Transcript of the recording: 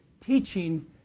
teaching